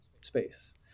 space